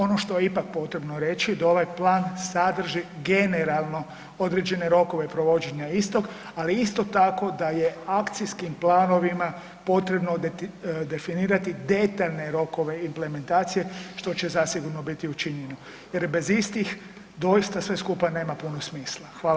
Ono što je ipak potrebno reći da ovaj plan sadrži generalno određene rokove provođenja istog, ali isto tako da je akcijskim planovima potrebno definirati detaljne rokove implementacije što će zasigurno biti učinjeno jer bez istih doista sve skupa nema puno smisla.